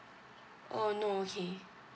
oh no okay